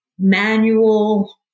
manual